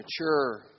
mature